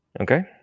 Okay